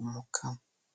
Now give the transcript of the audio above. umukamo.